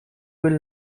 will